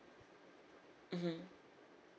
mmhmm